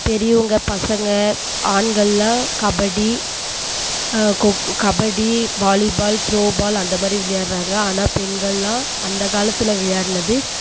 பெரியவங்கள் பசங்கள் ஆண்கள்லாம் கபடி கோக் கபடி வாலிபால் த்ரோ பால் அந்த மாதிரி விளையாடுறாங்க ஆனால் பெண்கள்லாம் அந்த காலத்தில் விளையாடினது